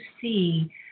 see